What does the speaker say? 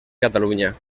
catalunya